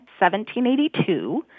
1782